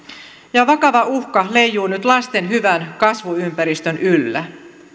ja vakava uhka leijuu nyt lasten hyvän kasvuympäristön yllä